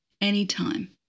anytime